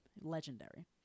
Legendary